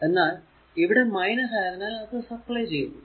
എന്നാൽ ഇവിടെ ആയതിനാൽ അത് സപ്ലൈ ചെയ്തു